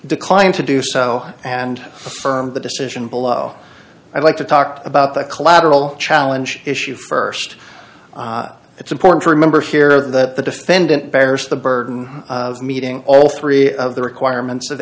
decline to do so and affirm the decision below i'd like to talk about the collateral challenge issue st it's important to remember here that the defendant bears the burden of meeting all three of the requirements of